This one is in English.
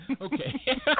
Okay